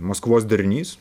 maskvos darinys